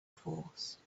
force